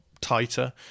tighter